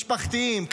משפחתיים,